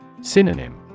Synonym